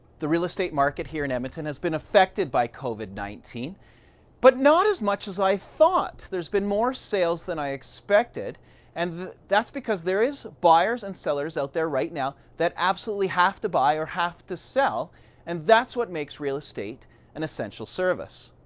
the real estate market here in edmonton has been affected by covid nineteen but not as much as i thought. there's been more sales than i expected and that's because there is buyers and sellers out there right now that absolutely have to buy or have to sell and that's what makes real estate an essential service.